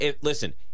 Listen